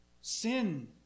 sin